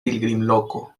pilgrimloko